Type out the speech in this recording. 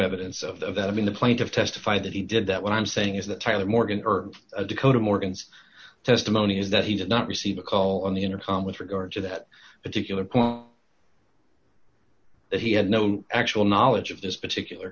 evidence of that i mean the plight of testify that he did that what i'm saying is that tyler morgan or a dakota morgan's testimony is that he did not receive a call on the intercom with regard to that particular quote that he had no actual knowledge of this particular